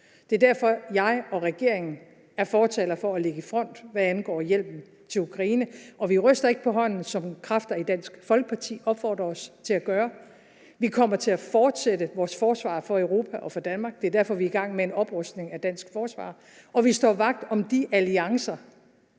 Det er derfor, jeg og regeringen er fortalere for at ligge i front, hvad angår hjælpen til Ukraine, og vi ryster ikke på hånden, som kræfter i Dansk Folkeparti opfordrer os til at gøre. Vi kommer til at fortsætte vores forsvar for Europa og for Danmark. Det er derfor, vi er i gang med en oprustning af dansk forsvar, og vi står vagt om de alliancer,